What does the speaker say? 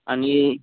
आणि